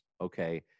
Okay